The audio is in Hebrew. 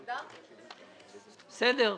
בסדר.